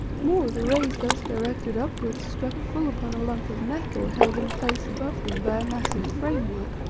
more, the rays thus directed upwards struck full upon a lump of metal held in place above them by a massive frame-work.